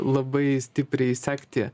labai stipriai sekti